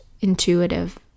intuitive